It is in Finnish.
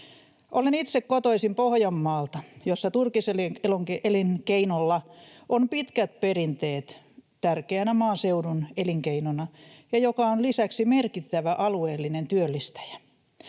Olen itse kotoisin Pohjanmaalta, jossa turkiselinkeinolla on pitkät perinteet tärkeänä maaseudun elinkeinona, joka on lisäksi merkittävä alueellinen työllistäjä.